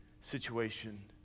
situation